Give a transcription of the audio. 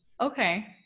Okay